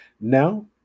Now